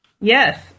Yes